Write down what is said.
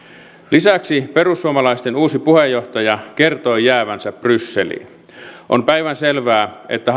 lisäksi perussuomalaisten uusi puheenjohtaja kertoi jäävänsä brysseliin on päivänselvää että